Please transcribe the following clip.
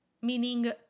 meaning